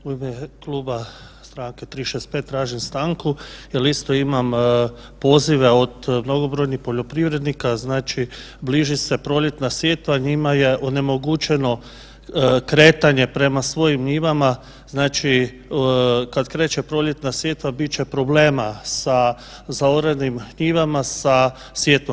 U ime Kluba Stranke 365 tražim stanku jel isto imam pozive od mnogobrojnih poljoprivrednika, znači bliži se poljoprivredna sjetva njima je onemogućeno kretanje prema svojim njivama, znači kad kreće proljetna sjetva bit će problema sa zaoranim njivama, sa sjetvom.